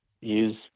use